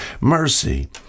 Mercy